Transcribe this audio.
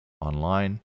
online